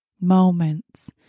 Moments